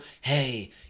Hey